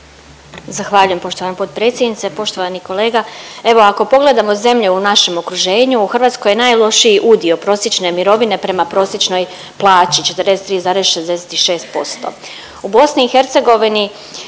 Zahvaljujem poštovana potpredsjednice. Poštovani kolega, evo ako pogledamo zemlje u našem okruženju u Hrvatskoj je najlošiji udio prosječne mirovine prema prosječnoj plaći 42,66%.